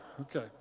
Okay